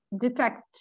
detect